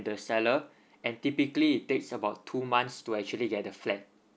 the seller and typically it takes about two months to actually get the flat